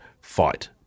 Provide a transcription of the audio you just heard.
fight